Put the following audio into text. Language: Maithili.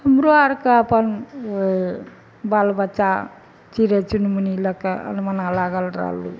हमरो आरके अपन ओइ बाल बच्चा चिड़य चुनमुनी लऽ कऽ अनमना लागल रहल